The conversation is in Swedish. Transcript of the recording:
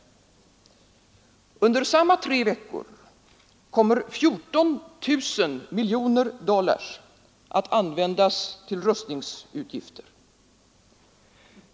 Under samma tre veckor kommer 14 000 miljoner dollar att användas till rustningsutgifter.